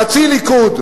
חצי ליכוד,